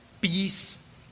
peace